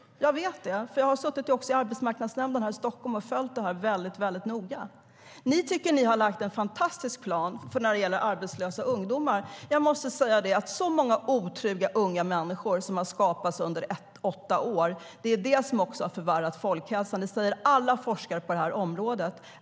Jag vet det, för jag har suttit i arbetsmarknadsnämnden här i Stockholm och följt detta väldigt noga. Ni tycker att ni har lagt fram en fantastisk plan när det gäller arbetslösa ungdomar. Jag måste säga att det är många otrygga unga människor som har skapats under åtta år. Det är detta som har förvärrat folkhälsan; det säger alla forskare på området.